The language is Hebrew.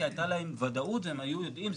כי הייתה להם ודאות והם היו יודעים,